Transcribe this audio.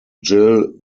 gil